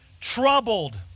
troubled